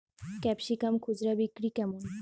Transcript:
Capsicum খুচরা বিক্রি কেমন?